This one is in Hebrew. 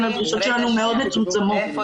הדרישות שלנו מאוד מצומצמות --- ענבל,